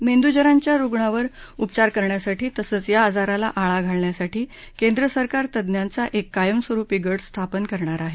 मेंदूज्वराच्या रुग्णांवर उपचार करण्यासाठी तसंच या आजाराला आळा घालण्यासाठी केंद्र सरकार तज्ञांचा एक कायमस्वरुपी गट स्थापन करणार आहे